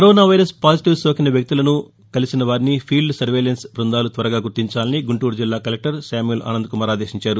corona virus పాజిటివ్సోకిన వ్యక్తులను కలిసిన వారిని ఫీల్డ్ సర్వేలెన్స్ బ్బందాలు త్వరగా గుర్తించాలని గుంటూరు జిల్లా కలెక్టర్ శామ్యూల్ ఆసంద్ కుమార్ ఆదేశించారు